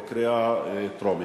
בקריאה טרומית.